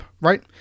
right